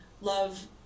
love